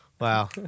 Wow